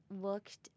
looked